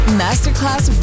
masterclass